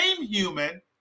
human